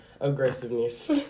aggressiveness